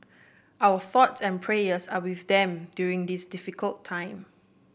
our thoughts and prayers are with them during this difficult time